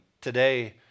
today